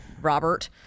Robert